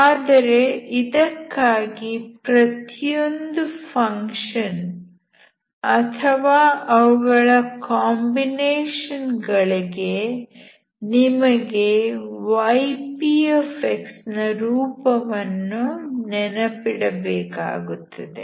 ಆದರೆ ಇದಕ್ಕಾಗಿ ಪ್ರತಿಯೊಂದು ಫಂಕ್ಷನ್ ಅಥವಾ ಅವುಗಳ ಕಾಂಬಿನೇಷನ್ ಗಳಿಗೆ ನಿಮಗೆ yp ನ ರೂಪವನ್ನು ನೆನಪಿಡಬೇಕಾಗುತ್ತದೆ